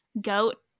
goat